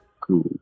Cool